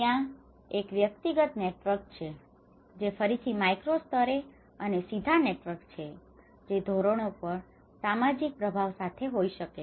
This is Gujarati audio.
ત્યાં એક વ્યક્તિગત નેટવર્ક છે જે ફરીથી માઇક્રો સ્તરે અને સીધા નેટવર્ક છે જે ધોરણો પર સામાજિક પ્રભાવ સાથે હોઈ શકે છે